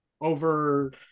over